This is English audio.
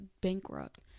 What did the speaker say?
bankrupt